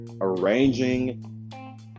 arranging